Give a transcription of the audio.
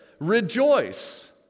rejoice